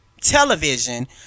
television